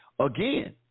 again